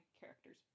characters